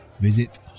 Visit